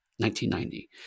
1990